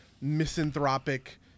misanthropic